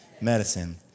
Medicine